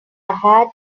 had